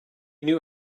knew